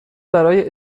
برای